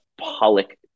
Pollock